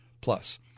Plus